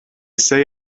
say